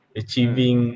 achieving